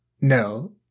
no